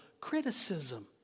criticism